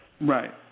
Right